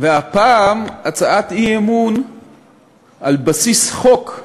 והפעם הצעת אי-אמון על בסיס חוק,